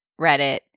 Reddit